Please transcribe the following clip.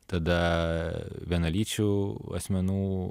tada vienalyčių asmenų